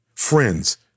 Friends